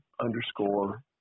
underscore